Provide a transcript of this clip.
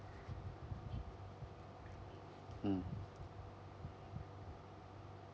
mm